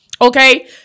Okay